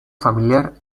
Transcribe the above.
familiar